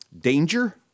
Danger